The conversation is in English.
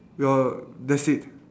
no that's it